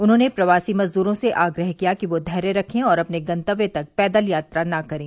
उन्होंने प्रवासी मजदूरों से आग्रह किया कि वे धैर्य रखें और अपने गंतव्य तक पैदल यात्रा न करें